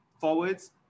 forwards